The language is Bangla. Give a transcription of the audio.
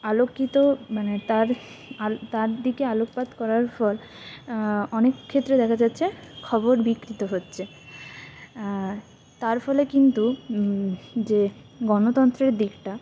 আলোকিত মানে তার আলো তার দিকে আলোকপাত করার ফল অনেক ক্ষেত্রে দেখা যাচ্ছে খবর বিকৃত হচ্ছে তার ফলে কিন্তু যে গণতন্ত্রের দিকটা